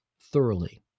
thoroughly